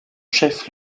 chef